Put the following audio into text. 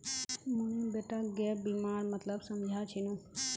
मुई बेटाक गैप बीमार मतलब समझा छिनु